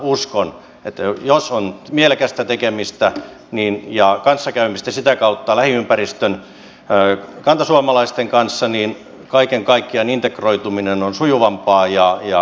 uskon että sitä kautta jos on mielekästä tekemistä ja sitä kautta kanssakäymistä lähiympäristön kantasuomalaisten kanssa kaiken kaikkiaan integroituminen on sujuvampaa ja parempaa